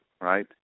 right